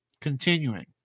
Continuing